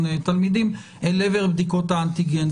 תלמידים אל עבר בדיקות האנטיגן.